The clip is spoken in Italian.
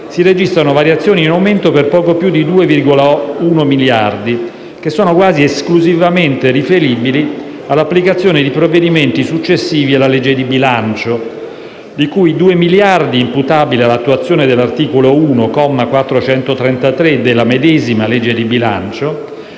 si registrano variazioni in aumento per poco più di 2,1 miliardi, che sono quasi esclusivamente riferibili all'applicazione di provvedimenti successivi alla legge di bilancio, di cui 2 miliardi imputabili all'attuazione dell'articolo 1, comma 433, della medesima legge di bilancio,